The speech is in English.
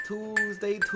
Tuesday